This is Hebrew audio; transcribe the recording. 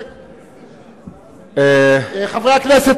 חברי הכנסת,